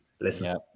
listen